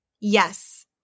yes